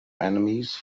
enemies